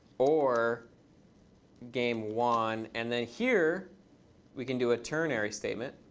or game one. and then here we can do a ternary statement.